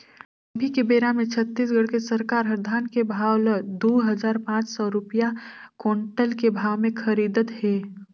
अभी के बेरा मे छत्तीसगढ़ के सरकार हर धान के भाव ल दू हजार पाँच सौ रूपिया कोंटल के भाव मे खरीदत हे